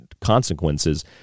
consequences